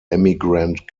emigrant